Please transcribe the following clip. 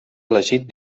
elegit